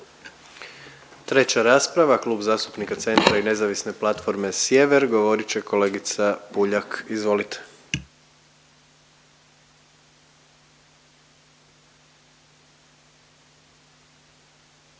Treća rasprava Klub zastupnika Centra i Nezavisne platforme Sjever, govorit će kolegica Puljak. Izvolite.